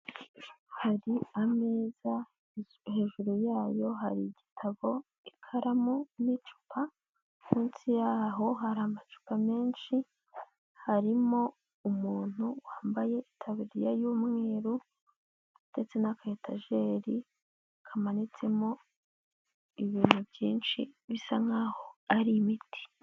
Hari ameza hejuru yayo hari igitabo, ikaramu n'icupa, munsi y'aho hari amacupa menshi harimo umuntu wambaye itaburiya y'umweru ndetse n'akayetajeri kamanitsemo ibintu byinshi bisa nkaho ari ibiti.